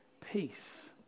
Peace